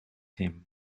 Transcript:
him